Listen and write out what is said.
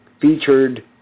featured